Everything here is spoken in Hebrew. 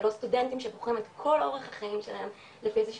זה לא סטודנטים שבוחרים את כל אורח החיים שלהם לפי איזשהו